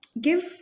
give